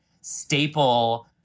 staple